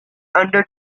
under